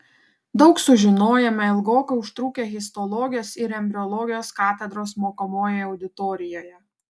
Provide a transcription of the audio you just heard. daug sužinojome ilgokai užtrukę histologijos ir embriologijos katedros mokomoje auditorijoje